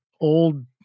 old